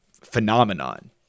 phenomenon